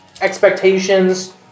expectations